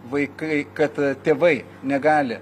vaikai kad tėvai negali